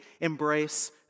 embrace